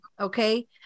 okay